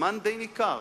זמן די ניכר.